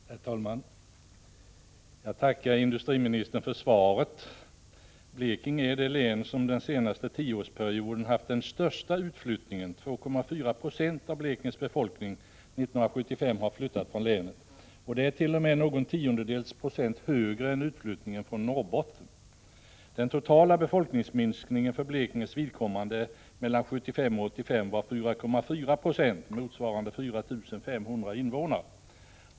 Herr talman! Jag tackar industriministern för svaret. Blekinge är det län som den senaste tioårsperioden haft den största utflyttningen: 2,4 96 av Blekinges befolkning 1975 har flyttat från länet. Det är t.o.m. någon tiondels procent högre än utflyttningen från Norrbotten. Den totala befolkningsminskningen för Blekinges vidkommande var 4,4 90 mellan 1975 och 1985, vilket motsvarar 4 500 invånare.